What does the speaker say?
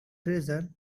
treasure